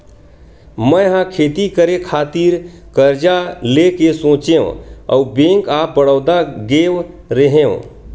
मै ह खेती करे खातिर करजा लेय के सोचेंव अउ बेंक ऑफ बड़ौदा गेव रेहेव